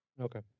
Okay